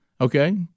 Okay